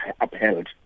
upheld